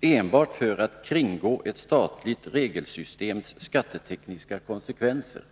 enbart för att kringgå ett statligt regelsystems skattetekniska konsekvenser?